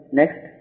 next